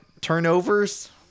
turnovers